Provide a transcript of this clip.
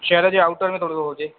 शहर जे आउटर में थोरो हुजे